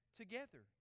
together